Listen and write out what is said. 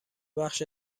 بخش